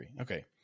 Okay